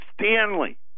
Stanley